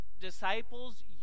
Disciples